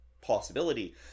possibility